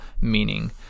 meaning